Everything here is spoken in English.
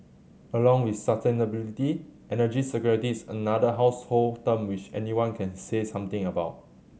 along with sustainability energy security is another household term which anyone can say something about